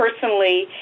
personally